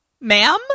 Ma'am